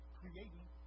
creating